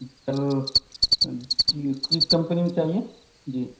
کس کمپنی میں چاہیے جی